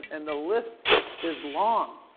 and the list is long.